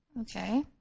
Okay